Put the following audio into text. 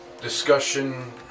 discussion